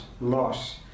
loss